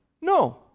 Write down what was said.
no